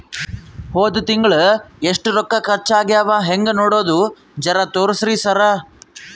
ಹೊದ ತಿಂಗಳ ಎಷ್ಟ ರೊಕ್ಕ ಖರ್ಚಾ ಆಗ್ಯಾವ ಹೆಂಗ ನೋಡದು ಜರಾ ತೋರ್ಸಿ ಸರಾ?